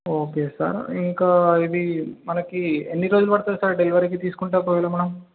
okay sir ఇంకా ఇది మనకు ఎన్ని రోజులు పడుతుంది సార్ డెలివరీకి తీసుకుంటే ఒకవేళ మనం